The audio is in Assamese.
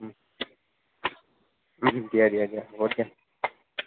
ওম দিয়া দিয়া দিয়া হ'ব দিয়া